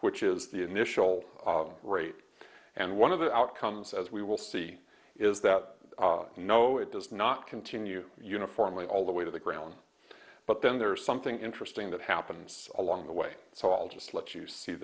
which is the initial rate and one of the outcomes as we will see is that you know it does not continue uniformly all the way to the ground but then there's something interesting that happens along the way it's all just let you see